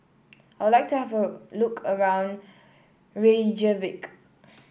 I would like to have a look around Reykjavik